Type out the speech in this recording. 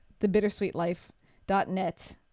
thebittersweetlife.net